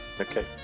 Okay